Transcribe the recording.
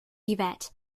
yvette